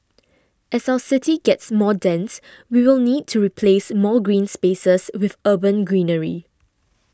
as our city gets more dense we will need to replace more green spaces with urban greenery